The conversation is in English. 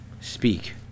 speak